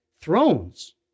thrones